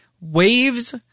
Waves